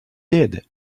did